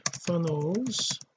funnels